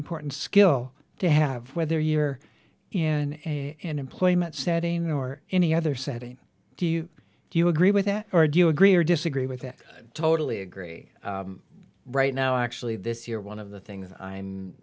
important skill to have whether you're in employment setting or any other setting do you do you agree with that or do you agree or disagree with it totally agree right now actually this year one of the things i'm